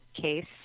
case